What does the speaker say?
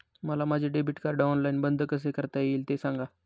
मला माझे debit card online बंद कसे करता येईल, ते सांगा